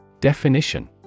Definition